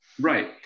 Right